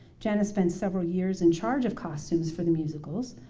janice spent several years in charge of costumes for the musicals,